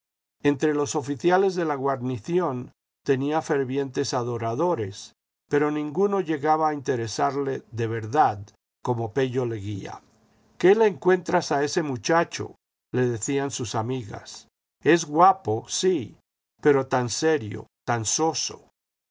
entre los oficiales de la guarnición tenía fervientes adoradores pero ninguno llegaba a interesarle de verdad como pello leguía qué le encuentras a ese muchacho le decían sus amigas es guapo sí pero tan serio tan soso